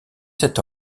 cet